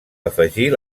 afegir